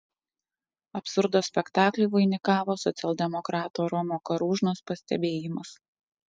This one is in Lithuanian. absurdo spektaklį vainikavo socialdemokrato romo karūžnos pastebėjimas